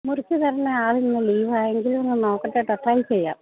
മുറിച്ചുതരുന്ന ആളിന്ന് ലീവാണ് എങ്കിലും നൊക്കട്ടെ കെട്ടോ ട്രൈ ചെയ്യാം